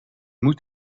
moet